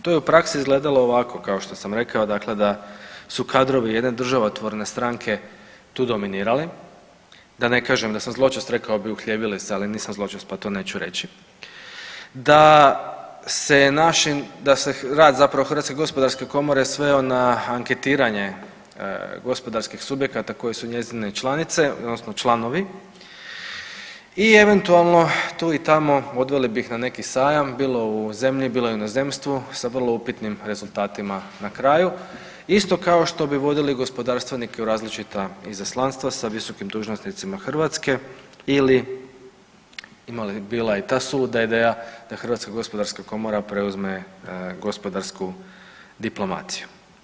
To je u praksi izgledalo ovako kao što sam rekao dakle da su kadrovi jedne državotvorne stranke tu dominirali, da ne kažem, da sam zločest rekao bih uhljebili se, ali nisam zločest pa to neću reći, da se rad zapravo HGK sveo na anketiranje gospodarskih subjekata koji su njezine članice odnosno članovi i eventualno tu i tamo odveli bi ih na neki sajam bilo u zemlji, bilo u inozemstvu sa vrlo upitnim rezultatima na kraju isto kao što bi vodili gospodarstvenike u različita izaslanstva sa visokim dužnosnicima Hrvatske ili bila je i ta suluda ideja da HGK preuzme gospodarsku diplomaciju.